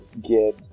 get